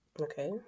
okay